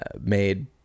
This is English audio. made